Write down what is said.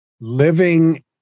living